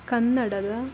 ಕನ್ನಡದ